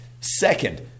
Second